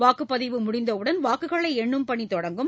வாக்குப்பதிவு முடிந்தஉடன் வாக்குகளைஎண்ணும் பணிதொடங்கும்